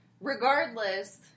regardless